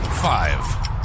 Five